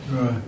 Right